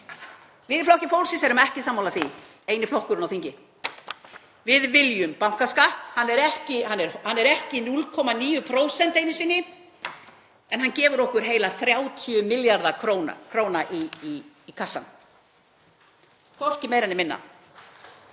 Við í Flokki fólksins erum ekki sammála því, eini flokkurinn á þingi. Við viljum bankaskatt. Hann er ekki einu sinni 0,9% en hann gefur okkur heilar 30 milljarða kr. í kassann, hvorki meira né minna.